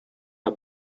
are